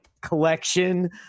collection